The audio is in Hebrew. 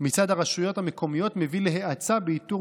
מצד הרשויות המקומיות מביא להאצה באיתור